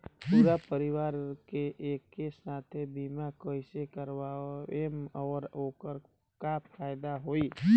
पूरा परिवार के एके साथे बीमा कईसे करवाएम और ओकर का फायदा होई?